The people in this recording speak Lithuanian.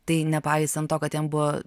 tai nepaisant to kad jam buvo